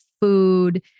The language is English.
food